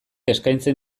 eskaintzen